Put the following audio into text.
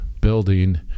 building